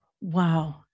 Wow